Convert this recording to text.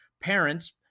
parents